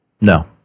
No